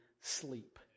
sleep